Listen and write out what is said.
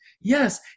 Yes